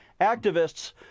activists